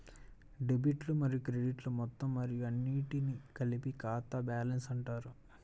డెబిట్లు మరియు క్రెడిట్లు మొత్తం మరియు అన్నింటినీ కలిపి ఖాతా బ్యాలెన్స్ అంటారు